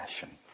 passion